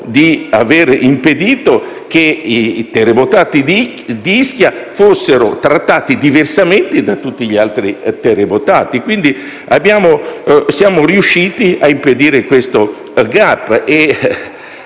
di far sì che i terremotati di Ischia fossero trattati diversamente da tutti gli altri terremotati. Noi siamo riusciti a impedire questo *gap*